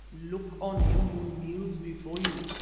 look on him who kneels before you,